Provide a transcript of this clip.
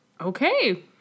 Okay